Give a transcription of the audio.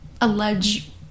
allege